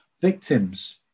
victims